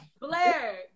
Blair